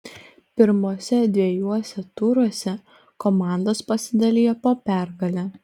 pirmuose dviejuose turuose komandos pasidalijo po pergalę